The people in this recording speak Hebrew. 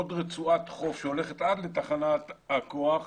עוד רצועת חוף שהולכת עד לתחנת הכוח,